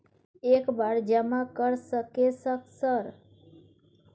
एक बार जमा कर सके सक सर?